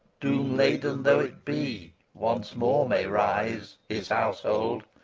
doom-laden though it be, once more may rise his household,